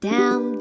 Down